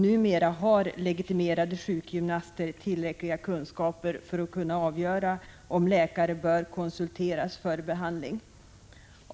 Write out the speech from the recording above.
Numera har legitimerade sjukgymnaster tillräckliga kunskaper för att kunna avgöra om läkare bör konsulteras för behandling.